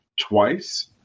twice